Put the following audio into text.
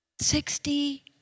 sixty